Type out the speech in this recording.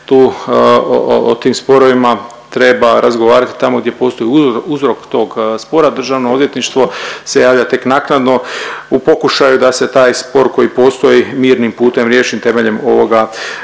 tu, o tim sporovima treba razgovarati tamo gdje postoji uzrok tog spora. Državno odvjetništvo se javlja tek naknadno u pokušaju da se taj spor koji postoji mirnim putem riješi temeljem ovoga